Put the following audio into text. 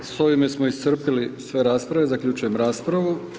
S ovime smo iscrpili sve rasprave, zaključujem raspravu.